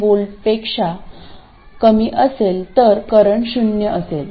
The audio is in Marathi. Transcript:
7V पेक्षा कमी असेल तर करंट शून्य असेल